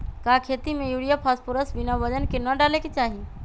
का खेती में यूरिया फास्फोरस बिना वजन के न डाले के चाहि?